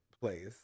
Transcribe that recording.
place